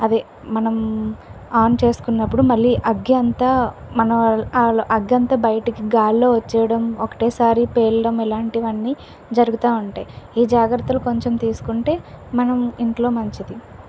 అదే మనం ఆన్ చేసుకున్నప్పుడు మళ్ళీ అగ్గి అంత మన అగ్గంతా బయటకు గాల్లో వచ్చేయడం ఒకటేసారి పేలడం ఇలాంటివన్నీ జరుగుతూ ఉంటాయి ఈ జాగ్రత్తలు కొంచెం తీసుకుంటే మనం ఇంట్లో మంచిది